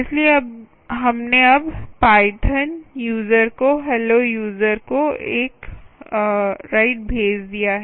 इसलिए हमने अब पाइथन यूजर को हेल्लो यूजर को एक राइट भेज दिया है